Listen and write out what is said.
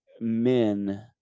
men